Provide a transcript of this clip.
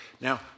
Now